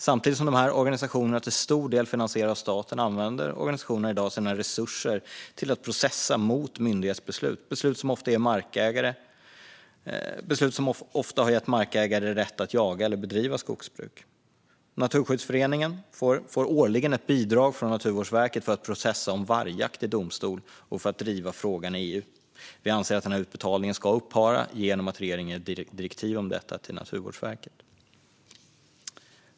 Samtidigt som dessa organisationer till stor del finansieras av staten använder de sina resurser till att processa mot myndighetsbeslut - beslut som ofta har gett markägare rätt att jaga eller bedriva skogsbruk. Naturskyddsföreningen får årligen ett bidrag från Naturvårdsverket för att processa frågan om vargjakt i domstol och för att driva frågan i EU. Vi anser att denna utbetalning ska upphöra genom att regeringen ger direktiv om detta till Naturvårdsverket.